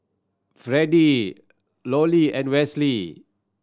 Freddie Lorie and Westley